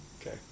Okay